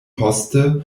poste